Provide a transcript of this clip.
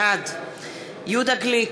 בעד יהודה גליק,